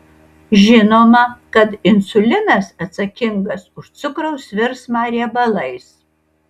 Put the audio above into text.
žinoma kad insulinas atsakingas už cukraus virsmą riebalais